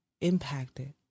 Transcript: impacted